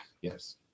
Yes